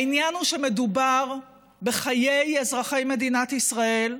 העניין הוא שמדובר בחיי אזרחי מדינת ישראל,